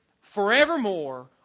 forevermore